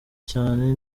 cyane